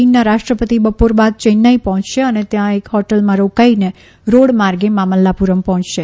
ચીનના રાષ્ટ્રપતિ બપોર બાદ ચેન્નાઇ પહોંચશે અને ત્યાં એક હોટલમાં રોકાઇને રોડ માર્ગે મામલ્લાપુરમ પહોંચશે